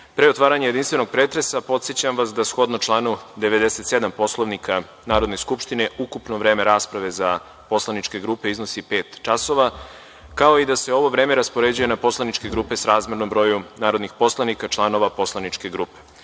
otvaranja jedinstvenog pretresa, podsećam vas da, shodno članu 97. Poslovnika Narodne skupštine, ukupno vreme rasprave za poslaničke grupe iznosi pet časova, kao i da se ovo vreme raspoređuje na poslaničke grupe srazmerno broju narodnih poslanika, članova poslaničke grupe. Molim